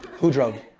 who drove?